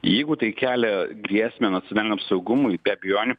jeigu tai kelia grėsmę nacionaliniam saugumui be abejonių